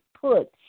put